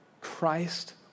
Christ